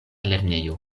lernejo